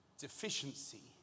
deficiency